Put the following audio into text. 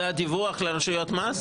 זה הדיווח לרשויות המס?